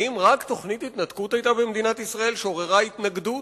האם רק תוכנית התנתקות היתה במדינת ישראל שעוררה התנגדות?